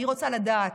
אני רוצה לדעת,